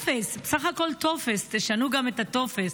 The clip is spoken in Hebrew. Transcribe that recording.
בסך הכול טופס, תשנו גם את הטופס.